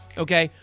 okay?